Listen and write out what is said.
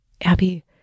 Abby